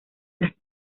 las